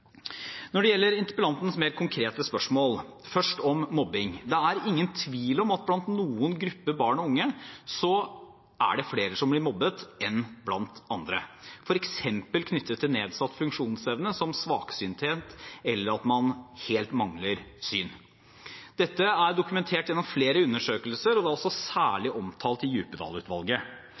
Når det gjelder interpellantens mer konkrete spørsmål, først om mobbing: Det er ingen tvil om at blant noen grupper barn og unge er det flere som blir mobbet enn blant andre – for eksempel knyttet til nedsatt funksjonsevne, som svaksynthet eller at man helt mangler syn. Dette er dokumentert gjennom flere undersøkelser, og det er også særlig omtalt av Djupedal-utvalget. Nå behandler jo Stortinget i